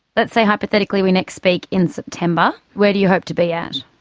let's say hypothetically we next speak in september, where do you hope to be at?